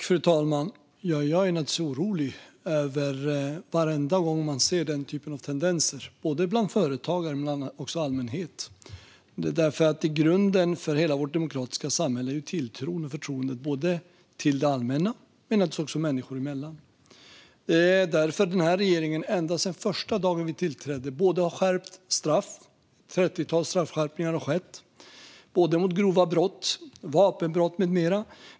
Fru talman! Jag blir naturligtvis orolig varenda gång jag ser den typen av tendenser, både bland företagare och allmänhet. Grunden för hela vårt demokratiska samhälle är ju tilltron till och förtroendet för det allmänna men också människor emellan. Därför har den här regeringen, ända sedan den dagen vi tillträdde, skärpt straff. Det har skett ett trettiotal straffskärpningar för grova brott, vapenbrott med mera.